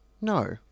No